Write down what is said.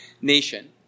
nation